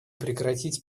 прекратить